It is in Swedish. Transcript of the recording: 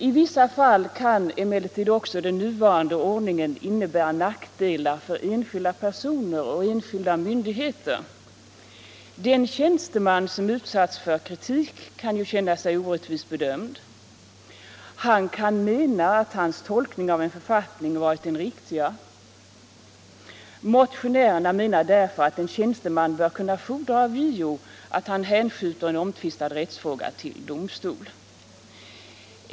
I vissa fall kan emellertid också den nuvarande ordningen innebära nackdelar för enskilda personer och enskilda myndigheter. Den tjänsteman som utsatts för kritik kan ju känna sig orättvist bedömd. Han kan mena att hans tolkning av en författning varit den riktiga. Motionärerna menar därför att en tjänsteman bör kunna fordra av JO att han hänskjuter en omtvistad rättsfråga till domstol.